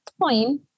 point